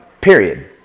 Period